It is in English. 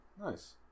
Nice